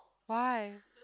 why